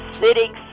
sitting